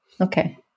Okay